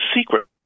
secret